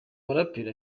muraperi